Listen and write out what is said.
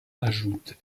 ajoute